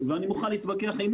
שהיא